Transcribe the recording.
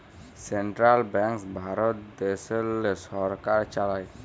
central banks Bharat দ্যাশেল্লে সরকার চালায়